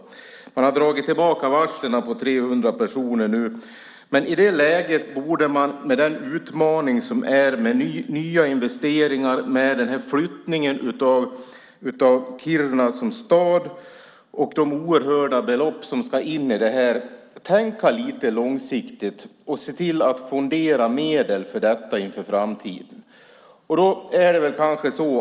Men man har nu dragit tillbaka varsel för 300 personer. I det läget borde man med den utmaning som finns med nya investeringar för flytten av Kiruna som stad och de oerhörda belopp som ska in tänka lite långsiktigt och se till att fondera medel för detta inför framtiden.